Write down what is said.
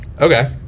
Okay